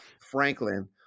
Franklin